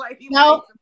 No